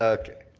ah okay.